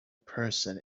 person